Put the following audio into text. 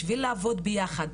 בשביל לעבוד ביחד,